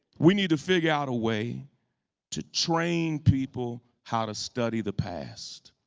we need to figure out a way to train people how to study the past.